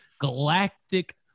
galactic